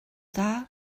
dda